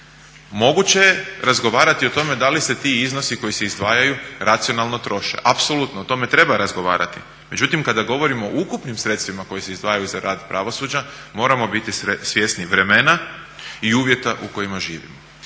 Moguće je razgovarati o tome da li se ti iznosi koji se izdvajaju racionalno troše, apsolutno o tome treba razgovarati, međutim kada govorimo o ukupnim sredstvima koji se izdvajaju za rad pravosuđa, moramo biti svjesni vremena i uvjeta u kojima živimo.